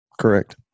Correct